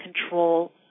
control